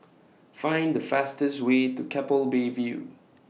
Find The fastest Way to Keppel Bay View